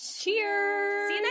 cheers